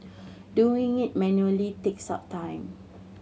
doing it manually takes up time